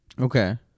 Okay